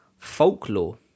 folklore